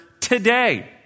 today